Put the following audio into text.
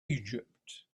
egypt